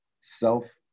self